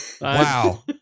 Wow